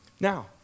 now